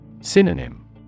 Synonym